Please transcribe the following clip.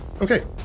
Okay